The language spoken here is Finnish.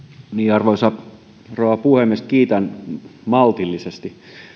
arvoisa rouva puhemies kiitän maltillisesti